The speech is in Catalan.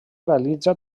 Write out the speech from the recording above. realitza